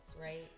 right